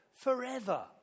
forever